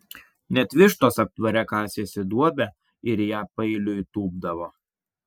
net vištos aptvare kasėsi duobę ir į ją paeiliui tūpdavo